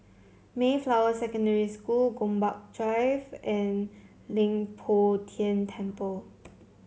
Mayflower Secondary School Gombak Drive and Leng Poh Tian Temple